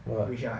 what